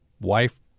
wife